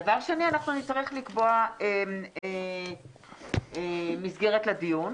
דבר שני, נצטרך לקבוע מסגרת לדיון.